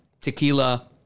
tequila